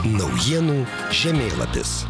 naujienų žemėlapis